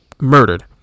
murdered